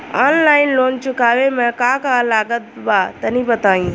Online loan चुकावे म का का लागत बा तनि बताई?